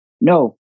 no